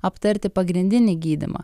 aptarti pagrindinį gydymą